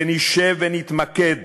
שנשב ונתמקד